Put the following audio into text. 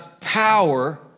power